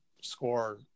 score